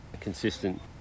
consistent